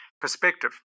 perspective